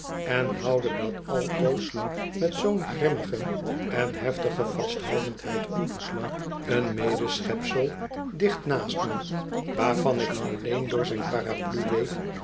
en houden dat altoos met zoo'n grimmige en heftige vasthoudendheid op een medeschepsel dicht naast me waarvan ik alleen door zijn paraplu weet